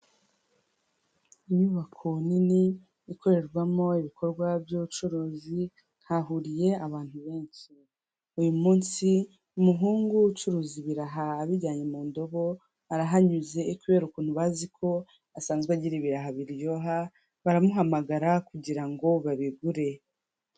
Inyubako nini ikorerwamo ibikorwa by'ubucuruzi hahuriye abantu benshi, uyu munsi umuhungu ucuruza ibiraha abijyanye mu ndobo arahanyuze kubera ukuntu bazi ko asanzwe agira ibiraha biryoha baramuhamagara kugira ngo babigure.